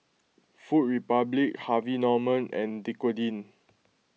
Food Republic Harvey Norman and Dequadin